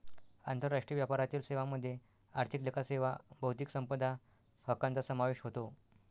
आंतरराष्ट्रीय व्यापारातील सेवांमध्ये आर्थिक लेखा सेवा बौद्धिक संपदा हक्कांचा समावेश होतो